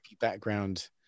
background